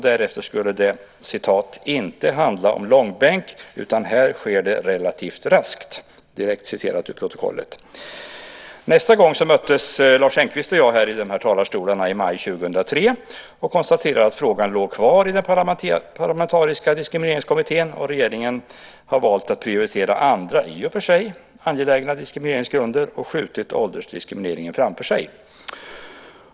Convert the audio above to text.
Därefter skulle det "inte handla om långbänk, utan här sker det relativt raskt". Detta är direkt citerat ur protokollet. Nästa gång möttes Lars Engqvist och jag i den här talarstolen i maj 2003 och konstaterade att frågan då låg kvar i den parlamentariska Diskrimineringskommittén och att regeringen hade valt att prioritera andra, i och för sig angelägna, diskrimineringsgrunder och skjutit frågan om åldersdiskriminering framför sig.